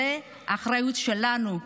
זו האחריות שלנו.